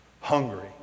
hungry